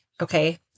okay